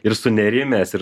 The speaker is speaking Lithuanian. ir sunerimęs ir